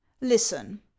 listen